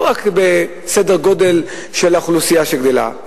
לא רק בסדר-גודל של האוכלוסייה שגדלה,